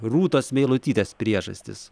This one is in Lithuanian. rūtos meilutytės priežastys